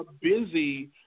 busy